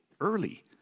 early